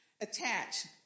Attach